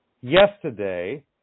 yesterday